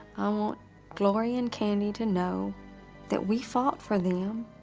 i want gloria and candy to know that we fought for them